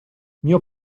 mio